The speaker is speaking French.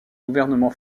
gouvernement